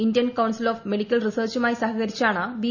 Indian council of medical റിസർച്ചുമായി സഹകരിച്ചാണ് B